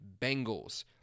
Bengals